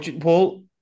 Paul